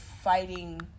fighting